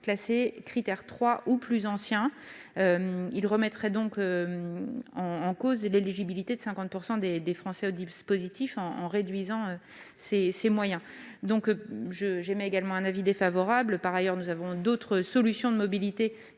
classés Crit'Air 3 ou plus anciens. Il remettrait donc en cause l'éligibilité de 50 % des Français au dispositif en réduisant ses moyens. J'émets également un avis défavorable. Par ailleurs, d'autres solutions de mobilité